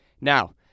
Now